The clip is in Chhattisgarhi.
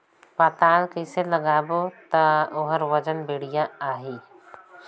पातल कइसे लगाबो ता ओहार वजन बेडिया आही?